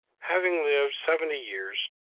having lived seventy years,